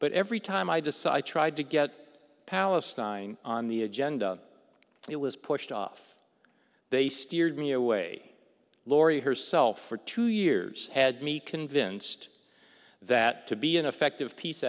but every time i decide tried to get palestine on the agenda it was pushed off they steered me away lori herself for two years had me convinced that to be an effective peace